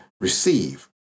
receive